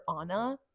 anna